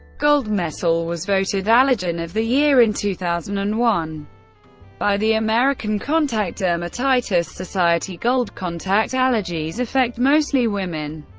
gold metal was voted allergen of the year in two thousand and one by the american contact dermatitis society, gold contact allergies affect mostly women.